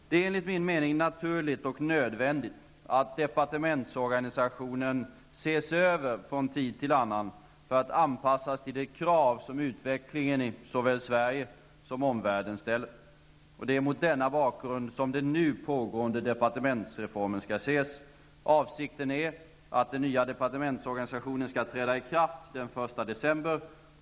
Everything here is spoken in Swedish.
Det är enligt min mening naturligt och nödvändigt att departementsorganisationen ses över från tid till annan för att anpassas till de man som utvecklingen i såväl Sverige som vår omvärld ställer. Det är mot denna bakgrund som den nu pågående departementsreformen skall ses. Avsikten är att den nya departementsorganisationen skall träda i kraft den 1 december.